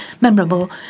memorable